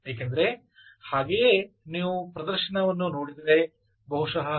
ಏಕೆಂದರೆ ಹಾಗೆಯೇ ನೀವು ಪ್ರದರ್ಶನವನ್ನು ನೋಡಿದರೆ ಬಹುಶಹ ಹೆಚ್ಚು ಅರ್ಥ ಆಗದೆ ಇರಬಹುದು